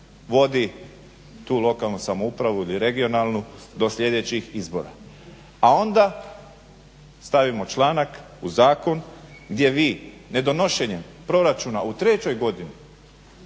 vodi tu lokalnu samoupravu ili regionalnu do sljedećih izbora. A onda stavimo članak u zakon gdje vi nedonošenjem proračuna u trećoj godini